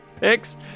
Picks